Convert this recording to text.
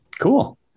Cool